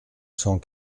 cent